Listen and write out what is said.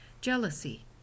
jealousy